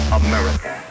america